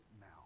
now